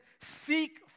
seek